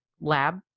lab